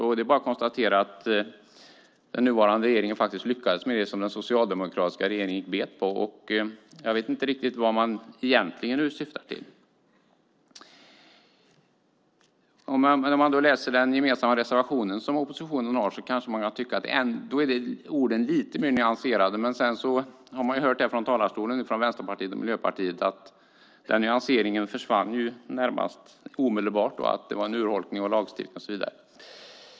Det är bara att konstatera att den nuvarande regeringen lyckades med det som den socialdemokratiska regeringen gick bet på. Jag vet inte riktigt vad man syftar till egentligen. När man läser den gemensamma reservation som oppositionen har kan man tycka att orden där är lite mer nyanserade. Men när man hörde Vänsterpartiet och Miljöpartiet från talarstolen försvann den nyanseringen omedelbart. Det talades om en urholkning av lagstiftningen och så vidare.